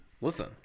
Listen